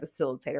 facilitator